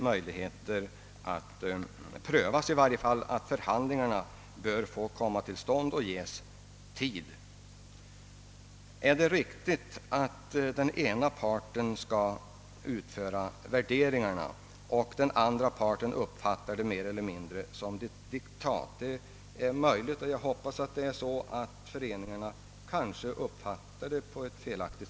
Bör det inte ges tid för förhandlingar? Är det riktigt, att den ena parten skall utföra värderingar och den andra parten skall uppfatta dessa värderingar såsom mer eller mindre diktat? Det är möjligt — jag hoppas det är så — att föreningarna har uppfattat detta fel.